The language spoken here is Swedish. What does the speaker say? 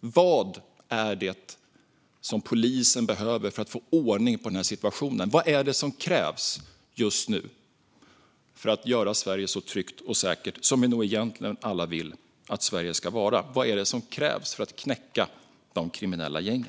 Vad är det som polisen behöver för att få ordning på den situation vi har just nu? Vad är det som krävs just nu för att göra Sverige så tryggt och säkert som vi nog egentligen alla vill att Sverige ska vara? Vad är det som krävs för att knäcka de kriminella gängen?